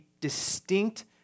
distinct